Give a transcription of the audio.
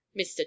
Mr